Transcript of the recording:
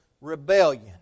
rebellion